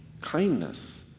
kindness